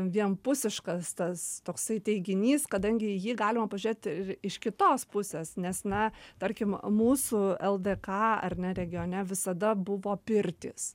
vienpusiškas tas toksai teiginys kadangi į jį galima pažiūrėt ir iš kitos pusės nes na tarkim mūsų ldk ar ne regione visada buvo pirtys